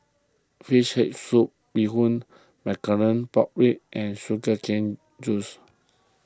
Fish Head Fruit Bee Hoon Blackcurrant Pork Ribs and Sugar Cane Juice